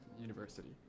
university